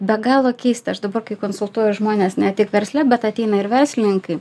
be galo keista aš dabar kai konsultuoju žmones ne tik versle bet ateina ir verslininkai